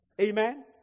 Amen